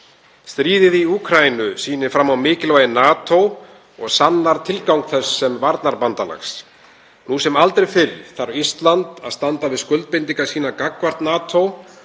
Stríðið í Úkraínu sýnir fram á mikilvægi NATO og sannar tilgang þess sem varnarbandalags. Nú sem aldrei fyrr þarf Ísland að standa við skuldbindingar sínar gagnvart NATO